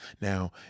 Now